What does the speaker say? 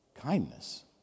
kindness